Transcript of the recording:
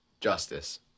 Justice